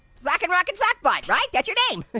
sockin' rockin' sock butt. right, that's your name.